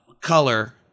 color